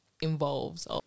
involves